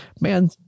Man